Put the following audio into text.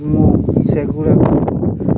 ମୁଁ ସେଗୁଡ଼ାକ